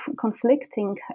conflicting